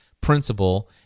principle